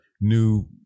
new